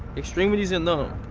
extremities are numb.